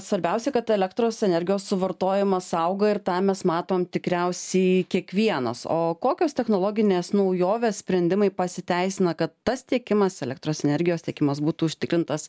svarbiausia kad elektros energijos suvartojimas auga ir tą mes matom tikriausiai kiekvienas o kokios technologinės naujovės sprendimai pasiteisina kad tas tiekimas elektros energijos tiekimas būtų užtikrintas